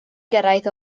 gyrraedd